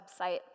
website